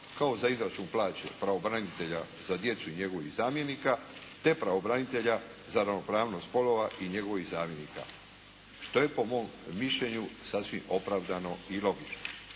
kao za izračun plaće pravobranitelja za djecu i njegovih zamjenika te pravobranitelja za ravnopravnost spolova i njegovih zamjenika, što je po mom mišljenju sasvim opravdano i logično.